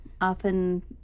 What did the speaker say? Often